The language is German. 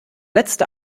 letzte